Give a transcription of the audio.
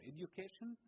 Education